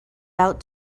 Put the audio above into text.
out